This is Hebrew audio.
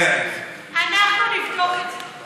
אנחנו נבדוק את זה.